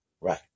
Right